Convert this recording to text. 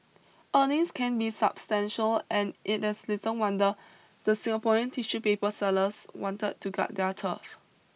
earnings can be substantial and it is little wonder the Singaporean tissue paper sellers wanted to guard their turf